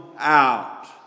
out